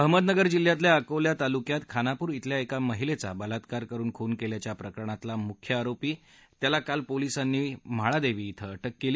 अहमदनगर जिल्ह्यातल्या अकोल्या तालुक्यात खानापूर धिल्या एका महिलेचा बलात्कार करून खून केल्याच्या प्रकरणातल्या मुख्य आरोपीला पोलीसांनी काल रात्री म्हाळादेवी धिं अटक केली